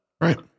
Right